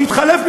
שיתחלף,